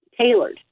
tailored